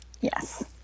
Yes